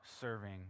serving